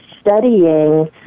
studying